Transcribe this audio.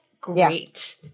great